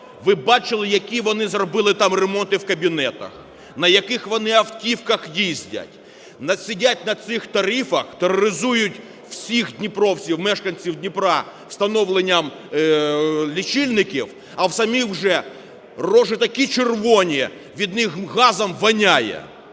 Ви б бачили, які вони зробили там ремонти в кабінетах, на яких вони автівках їздять. Сидять на цих тарифах, тероризують всіх дніпровців - мешканців Дніпра - встановленням лічильників, а в самих вже рожі такі червоні, від них газом воняє.